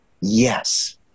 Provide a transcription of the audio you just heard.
Yes